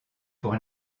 pour